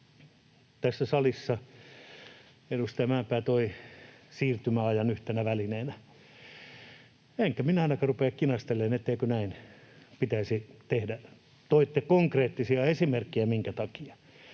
tässä salissa edustaja Mäenpää toi siirtymäajan yhtenä välineenä, enkä minä ainakaan rupea kinastelemaan, etteikö näin pitäisi tehdä. Toitte konkreettisia esimerkkejä, minkä takia,